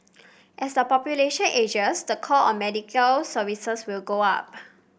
as the population ages the call on medical services will go up